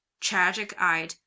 tragic-eyed